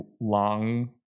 long